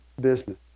business